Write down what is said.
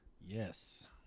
Yes